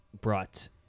brought